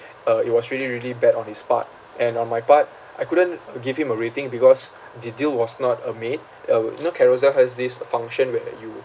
uh it was really really bad on his part and on my part I couldn't give him a rating because the deal was not uh made uh you know carousell has this function where you